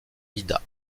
ida